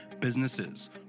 businesses